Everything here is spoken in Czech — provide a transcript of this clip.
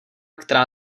která